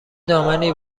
دامنی